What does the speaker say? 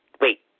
Wait